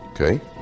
Okay